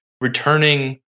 returning